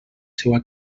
seua